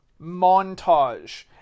montage